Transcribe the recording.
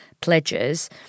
pledges